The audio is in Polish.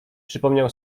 przypomniał